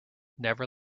never